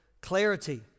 clarity